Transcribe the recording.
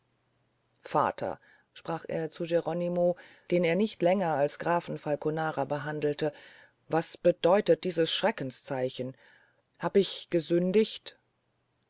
vater sprach er zu geronimo den er nicht länger als grafen falconara behandelte was bedeuten diese schreckenszeichen hab ich gesündigt